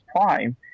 Prime